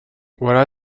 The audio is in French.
voilà